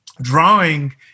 Drawing